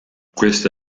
questa